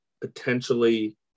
potentially